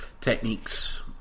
techniques